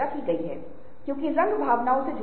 एक नए नियम और संबंध अब स्थापित हो चुके हैं